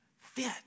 fit